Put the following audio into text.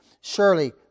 Surely